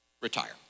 Retire